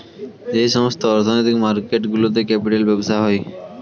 যেই সমস্ত অর্থনৈতিক মার্কেট গুলোতে ক্যাপিটাল ব্যবসা হয়